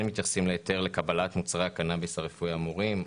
כן מתייחסים להיתר לקבלת מוצרי הקנאביס הרפואי האמורים.